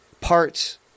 parts